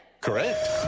correct